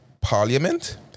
parliament